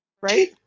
right